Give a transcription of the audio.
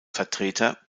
vertreter